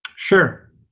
Sure